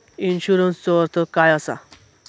इन्शुरन्सचो अर्थ काय असा?